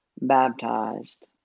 baptized